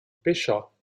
pêcha